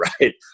Right